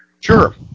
Sure